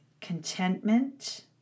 contentment